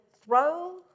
throw